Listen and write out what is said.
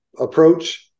approach